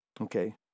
Okay